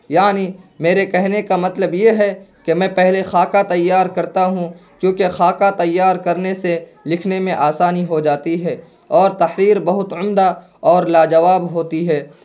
یعنی میرے کہنے کا مطلب یہ ہے کہ میں پہلے خاکہ تیار کرتا ہوں کیونکہ خاکہ تیار کرنے سے لکھنے میں آسانی ہو جاتی ہے اور تحریر بہت عمدہ اور لاجواب ہوتی ہے